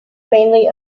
mainly